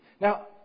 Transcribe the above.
Now